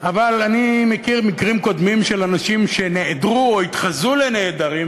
אבל אני מכיר מקרים קודמים של אנשים שנעדרו או התחזו לנעדרים,